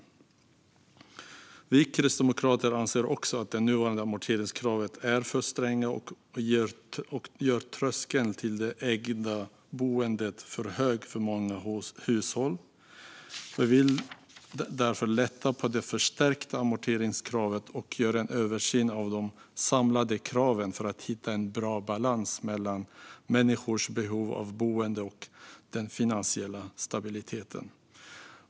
Vi kristdemokrater anser också att nuvarande amorteringskrav är för stränga och gör tröskeln till det ägda boendet för hög för många hushåll. Vi vill därför lätta på det förstärkta amorteringskravet och göra en översyn av de samlade kraven för att hitta en bra balans mellan människors behov av boende och den finansiella stabiliteten.